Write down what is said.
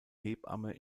hebamme